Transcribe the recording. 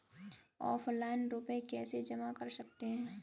Offline रुपये कैसे जमा कर सकते हैं?